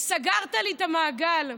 סגרת לי את המעגל.